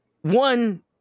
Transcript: one